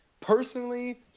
personally